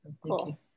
cool